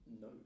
No